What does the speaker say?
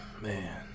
man